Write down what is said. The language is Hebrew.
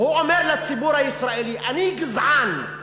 הוא אומר לציבור הישראלי: אני גזען,